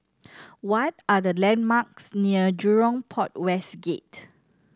what are the landmarks near Jurong Port West Gate